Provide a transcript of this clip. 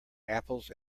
apples